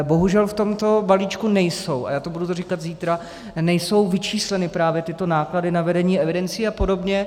Bohužel v tomto balíčku nejsou a já to budu říkat zítra vyčísleny právě tyto náklady na vedení evidencí a podobně.